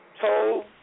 told